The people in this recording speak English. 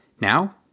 Now